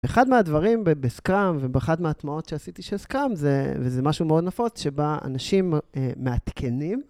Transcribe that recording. אחד מהדברים בסקראם ובאחד מההטמעות שעשיתי של סקראם, וזה משהו מאוד נפוץ, שבה אנשים מעדכנים